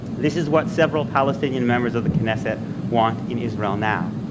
this is what several palestinian members of the knesset want in israel now.